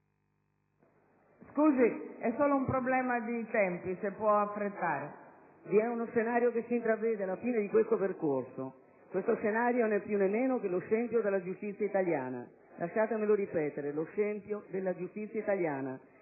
disarticolazione della giustizia italiana. Vi è uno scenario che si intravede alla fine di questo percorso. Questo scenario è né più né meno che lo scempio della giustizia italiana. Lasciatemelo ripetere: lo scempio della giustizia italiana.